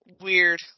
weird